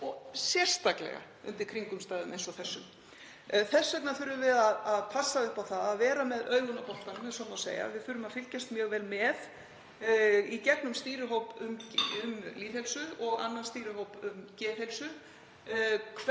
og sérstaklega undir kringumstæðum eins og þessum. Þess vegna þurfum við að passa upp á að vera með augun á boltanum, ef svo má segja. Við þurfum að fylgjast mjög vel með í gegnum stýrihóp um lýðheilsu og annan stýrihóp um geðheilsu,